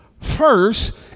First